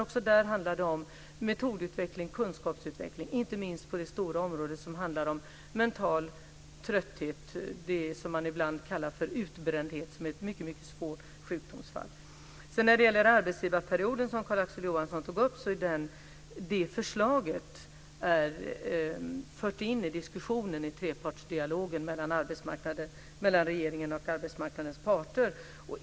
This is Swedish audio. Också där handlar det om metodutveckling och kunskapsutveckling - inte minst på det stora område som handlar om mental trötthet, det som ibland kallas för utbrändhet och som är ett mycket svårt sjukdomsfall. När det gäller arbetsgivarperioden och det förslag som Carl-Axel Johansson tog upp kan jag säga att detta förts in i diskussionen, i trepartsdialogen mellan regeringen och arbetsmarknadens parter.